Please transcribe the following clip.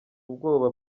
ubwoba